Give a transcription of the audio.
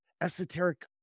esoteric